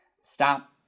stop